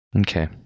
Okay